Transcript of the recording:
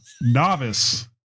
novice